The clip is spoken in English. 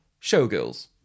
Showgirls